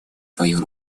свою